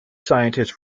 scientists